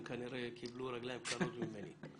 הם כנראה קיבלו רגליים קרות ממני.